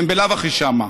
הם בלאו הכי שם.